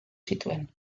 zituen